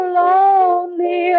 lonely